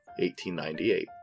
1898